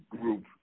group